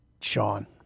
Sean